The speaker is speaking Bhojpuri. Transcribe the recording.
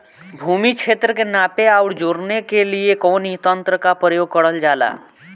भूमि क्षेत्र के नापे आउर जोड़ने के लिए कवन तंत्र का प्रयोग करल जा ला?